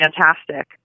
fantastic